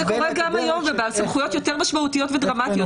קורה גם היום ובסמכויות יותר משמעויות ודרמטיות.